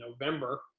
November